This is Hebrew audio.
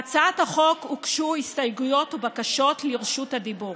להצעת החוק הוגשו הסתייגויות ובקשות לרשות דיבור.